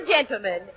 Gentlemen